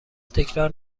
تکرار